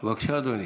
בבקשה, אדוני.